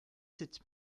sept